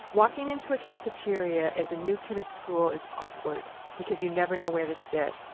walking into a cafeteria as a new kid at school is awkward because you never know where to sit.